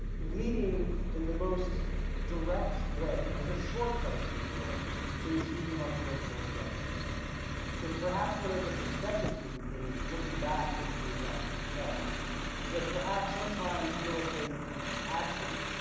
leading in the most direct way as a shortcut if you will to achieving our political objectives because perhaps one of the perspectives we can gain from looking back fifty years on from tet is that perhaps sometimes military action